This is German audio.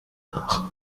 nach